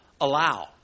allow